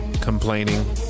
complaining